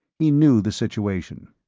he knew the situation.